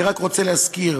אני רק רוצה להזכיר